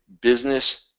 business